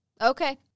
Okay